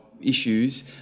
issues